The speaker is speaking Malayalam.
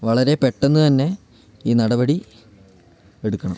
വളരെ പെട്ടെന്ന് തന്നെ ഈ നടപടി എടുക്കണം